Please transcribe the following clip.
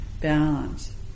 balance